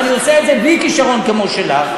ואני עושה את זה בלי כישרון כמו שלך.